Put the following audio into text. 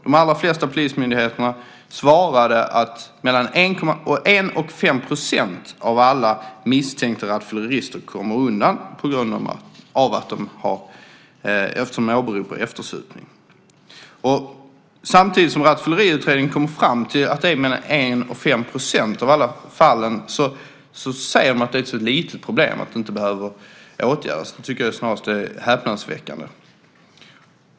De allra flesta polismyndigheterna svarade att mellan 1 och 5 % av alla misstänkta rattfyllerister kommer undan eftersom de åberopar eftersupning. Samtidigt som rattfylleriutredningen kommer fram till att det är mellan 1 och 5 % av alla fall säger man att det är ett så litet problem att det inte behöver åtgärdas. Det tycker jag snarast är häpnadsväckande.